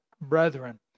brethren